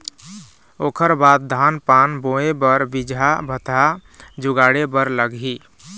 ओखर बाद धान पान बोंय बर बीजहा भतहा जुगाड़े बर लगही